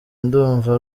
ndumva